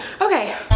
Okay